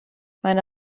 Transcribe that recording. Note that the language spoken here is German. meine